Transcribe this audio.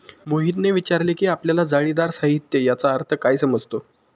मोहितने विचारले की आपल्याला जाळीदार साहित्य याचा काय अर्थ समजतो?